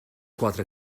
quatre